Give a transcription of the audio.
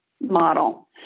model